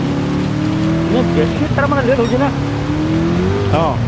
ନାଇଁ ବେଶୀ ତାର ମାନେ ଲେଟ୍ ହେଉଛି ନା ହଁ